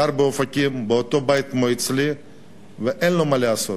גר באופקים בבית כמו שלי ואין לו מה לעשות,